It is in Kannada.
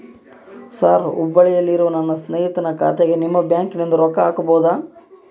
ಸರ್ ಹುಬ್ಬಳ್ಳಿಯಲ್ಲಿ ಇರುವ ನನ್ನ ಸ್ನೇಹಿತನ ಖಾತೆಗೆ ನಿಮ್ಮ ಬ್ಯಾಂಕಿನಿಂದ ರೊಕ್ಕ ಹಾಕಬಹುದಾ?